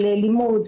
של לימוד,